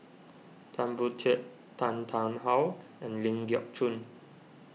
Tan Boon Teik Tan Tarn How and Ling Geok Choon